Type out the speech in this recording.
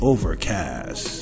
Overcast